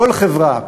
כל חברה,